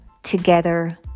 together